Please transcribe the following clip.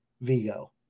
Vigo